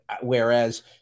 whereas